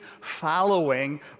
following